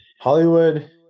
Hollywood